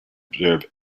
observe